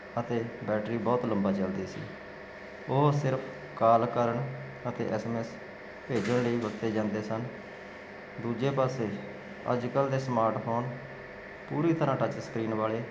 ਅਤੇ ਬੈਟਰੀ ਬਹੁਤ ਲੰਬਾ ਚਲਦੀ ਸੀ ਉਹ ਸਿਰਫ ਕਾਲ ਕਰਨ ਅਤੇ ਐਸ ਐਮ ਐਸ ਭੇਜਣ ਲਈ ਵਰਤੇ ਜਾਂਦੇ ਸਨ ਦੂਜੇ ਪਾਸੇ ਅੱਜਕੱਲ ਦੇ ਸਮਾਰਟ ਫੋਨ ਪੂਰੀ ਤਰ੍ਹਾਂ ਟੱਚ ਸਕਰੀਨ ਵਾਲੇ